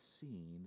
seen